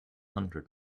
hundred